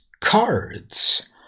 cards